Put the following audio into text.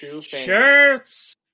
shirts